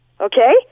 okay